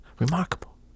remarkable